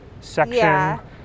section